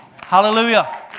Hallelujah